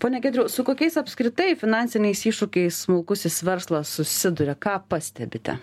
pone giedriau su kokiais apskritai finansiniais iššūkiais smulkusis verslas susiduria ką pastebite